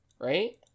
Right